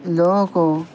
لوگوں کو